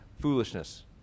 foolishness